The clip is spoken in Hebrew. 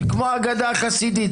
כמו האגדה החסידית,